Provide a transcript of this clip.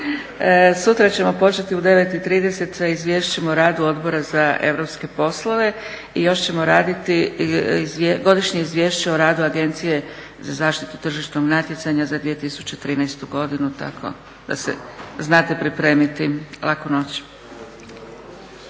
Sutra ćemo početi u 9,30 sa Izvješćem o radu Odbora za europske poslove. I još ćemo raditi Godišnje izvješće o radu Agencije za zaštitu tržišnog natjecanja za 2013. godinu tako da se znate pripremiti. Laku noć!